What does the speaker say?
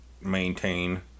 maintain